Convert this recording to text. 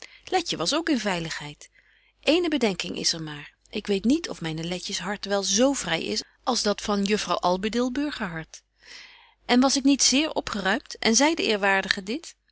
letje was ook in veiligheid eéne bedenking is er maar ik weet niet of myne letjes hartje wel z vry is als dat van juffrouw albedil burgerhart en was ik niet zeer opgeruimt en zei de eerwaardige dit